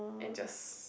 and just